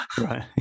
Right